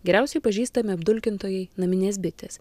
geriausiai pažįstami apdulkintojai naminės bitės